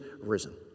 risen